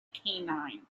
canine